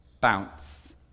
bounce